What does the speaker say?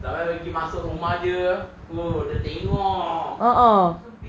tak bagi masuk rumah dia oh dia tengok